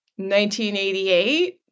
1988